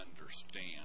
understand